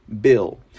bill